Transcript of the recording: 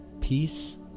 Peace